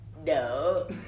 No